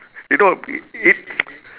you know i~ it